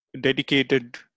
dedicated